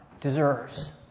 deserves